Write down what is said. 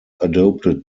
adopted